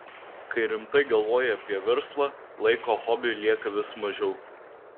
kai rimtai galvoji apie verslą laiko hobiui lieka vis mažiau